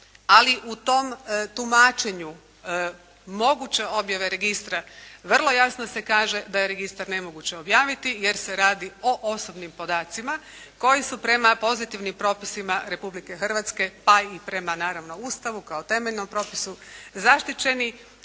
Ali u tom tumačenju moguće objave registra vrlo jasno se kaže da je registar nemoguće objaviti jer se radi o osobnim podacima koji su prema pozitivnim propisima Republike Hrvatske pa i prema naravno Ustavu kao temeljnom propisu, zaštićeni